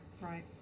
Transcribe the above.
Right